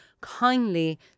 kindly